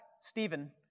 Stephen